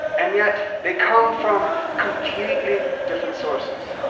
and yet they come from completely different sources.